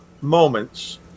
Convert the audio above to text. moments